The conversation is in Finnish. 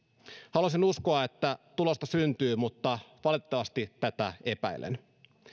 haluaisin uskoa että tulosta syntyy mutta valitettavasti tätä epäilen